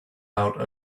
out